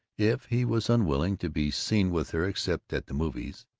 if he was unwilling to be seen with her except at the movies.